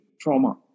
trauma